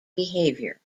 behavior